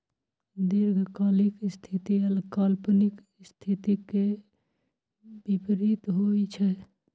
दीर्घकालिक स्थिति अल्पकालिक स्थिति के विपरीत होइ छै